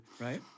Right